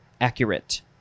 accurate